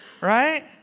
Right